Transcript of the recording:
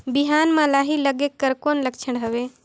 बिहान म लाही लगेक कर कौन लक्षण हवे?